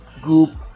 group